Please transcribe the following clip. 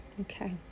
Okay